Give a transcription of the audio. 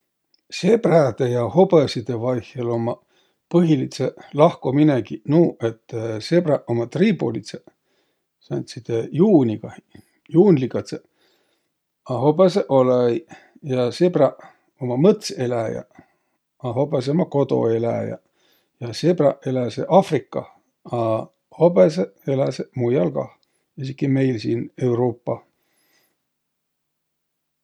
Sebräde ja hobõsidõ vaihõl ummaq põhilidsõq lahkominegiq nuuq, et sebräq ummaq triibulidsõq, sääntside juunigaq, juunligadsõq, a hobõsõq olõ-õiq. Ja sebräq ummaq mõtseläjäq, a hobõsõq ummaq kodoeläjäq. Ja sebräq eläseq Afrikah, a hobõsõq eläseq muial kah, esiki meil siin, Euruupah.